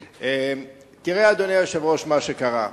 תראה, אדוני היושב-ראש, מה שקרה: